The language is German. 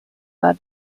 war